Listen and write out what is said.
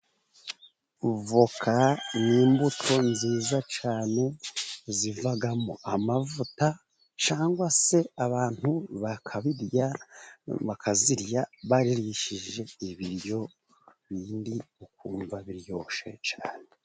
Voka ni imbuto nziza cyane zivamo amavuta, cyangwa se abantu bakazirya bazirishije ibiryo bindi, ukumva biryoshe cyane.